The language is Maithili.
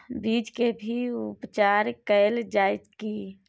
बीज के भी उपचार कैल जाय की?